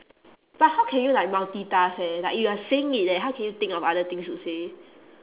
but how can you like multitask eh like you are saying it leh how can you think of other things to say